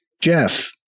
Jeff